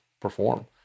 perform